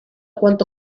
cuánto